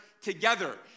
together